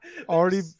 already